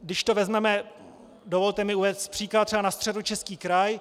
Když to vezmeme, dovolte mi uvést příklad na Středočeský kraj.